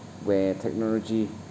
where technology